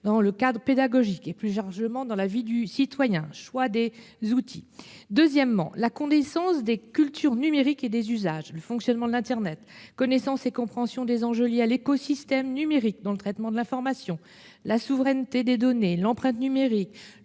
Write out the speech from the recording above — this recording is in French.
dans le cadre pédagogique et, plus largement, dans la vie du citoyen, choix des outils. Le deuxième est celui de la connaissance des cultures numériques et des usages : fonctionnement d'internet, connaissance et compréhension des enjeux liés à l'écosystème numérique, notamment le traitement de l'information, la souveraineté des données, l'empreinte numérique,